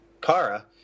Kara